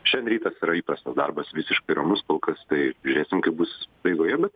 šiandien rytas yra įprastas darbas visiškai ramus kol kas tai žiūrėsim kaip bus eigoje bet